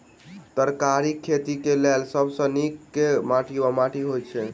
तरकारीक खेती केँ लेल सब सऽ नीक केँ माटि वा माटि हेतै?